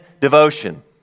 devotion